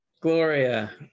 Gloria